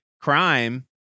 crime